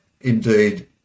indeed